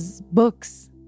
books